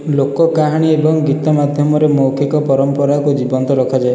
ଲୋକ କାହାଣୀ ଏବଂ ଗୀତ ମାଧ୍ୟମରେ ମୌଖିକ ପରମ୍ପରାକୁ ଜୀବନ୍ତ ରଖାଯାଏ